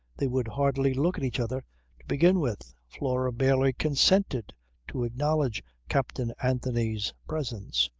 they would hardly look at each other to begin with. flora barely consented to acknowledge captain anthony's presence.